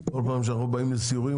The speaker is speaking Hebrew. רואים אותך כל פעם שאנחנו באים לסיורים,